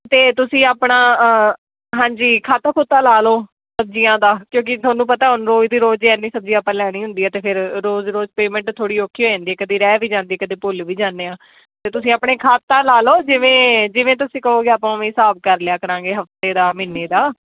ਅਤੇ ਤੁਸੀਂ ਆਪਣਾ ਹਾਂਜੀ ਖਾਤਾ ਖੂਤਾ ਲਾ ਲਉ ਸਬਜ਼ੀਆਂ ਦਾ ਕਿਉਂਕਿ ਤੁਹਾਨੂੰ ਪਤਾ ਹੁਣ ਰੋਜ਼ ਦੀ ਰੋਜ਼ ਐਨੀ ਸਬਜ਼ੀ ਆਪਾਂ ਲੈਣੀ ਹੁੰਦੀ ਹੈ ਅਤੇ ਫਿਰ ਰੋਜ਼ ਰੋਜ਼ ਪੇਮੈਂਟ ਥੋੜ੍ਹੀ ਔਖੀ ਹੋ ਜਾਂਦੀ ਕਦੀ ਰਹਿ ਵੀ ਜਾਂਦੀ ਕਦੇ ਭੁੱਲ ਵੀ ਜਾਂਦੇ ਹਾਂ ਅਤੇ ਤੁਸੀਂ ਆਪਣੇ ਖਾਤਾ ਲਾ ਲਓ ਜਿਵੇਂ ਜਿਵੇਂ ਤੁਸੀਂ ਕਹੋਗੇ ਆਪਾਂ ਉਵੇਂ ਹਿਸਾਬ ਕਰ ਲਿਆ ਕਰਾਂਗੇ ਹਫਤੇ ਦਾ ਮਹੀਨੇ ਦਾ